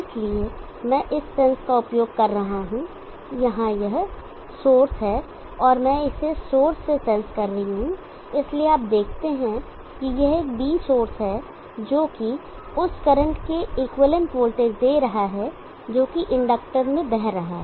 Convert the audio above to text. इसलिए मैं इस सेंस का उपयोग कर रहा हूं यहां यह सोर्स है और मैं इसे सोर्स से सेंस कर रहा हूं इसलिए आप देखते हैं कि यह एक B सोर्स है जो कि उस करंट के इक्विवेलेंट वोल्टेज दे रहा है जोकि इंडक्टर में बह रहा है